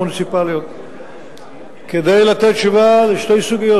המוניציפליות כדי לתת תשובה בשתי סוגיות,